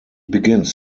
begins